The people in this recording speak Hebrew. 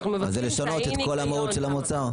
זה לשנות את כל המהות של המוצר.